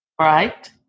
right